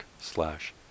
slash